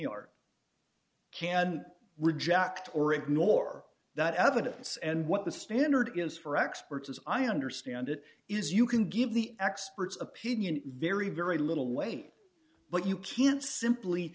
art can reject or ignore that evidence and what the standard for experts as i understand it is you can give the expert's opinion very very little weight but you can't simply